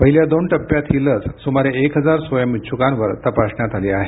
पहिल्या दोन टप्प्यात ही लस सुमारे एक हजार स्वयंइच्छुकांवर तपासण्यात आली आहे